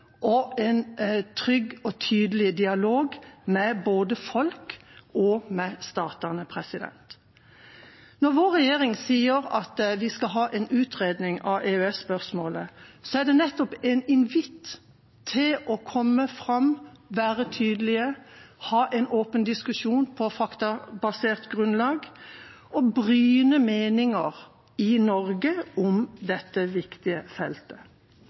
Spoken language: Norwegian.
trygg og tydelig dialog, både med folk og med statene. Når vår regjering sier at vi skal ha en utredning av EØS-spørsmålet, er det nettopp en invitt til å komme fram, være tydelige, ha en åpen diskusjon på faktabasert grunnlag og bryne meninger i Norge om dette viktige feltet.